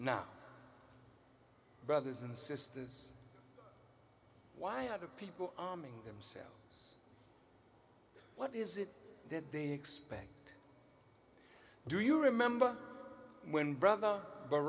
now brothers and sisters why are the people arming themselves what is it that they expect do you remember when brother b